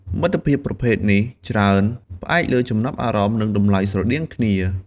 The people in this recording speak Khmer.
មិត្តភាពប្រភេទនេះភាគច្រើន ផ្អែកលើចំណាប់អារម្មណ៍ និងតម្លៃ ស្រដៀងគ្នា។